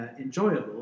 enjoyable